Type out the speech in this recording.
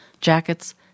jackets